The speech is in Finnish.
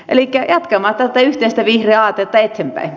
elikkä jatkamme tätä yhteistä vihreää aatetta eteenpäin